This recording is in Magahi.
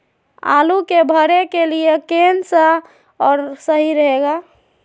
आलू के भरे के लिए केन सा और सही रहेगा?